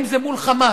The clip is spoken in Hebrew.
בין אם זה מול "חמאס",